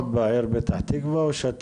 אתה עושה את זה בעיקר בעיר פתח תקווה או שאתה